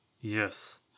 Yes